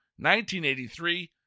1983